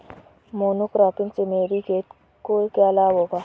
Monocropping से मेरी खेत को क्या लाभ होगा?